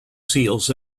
seals